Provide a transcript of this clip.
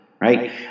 right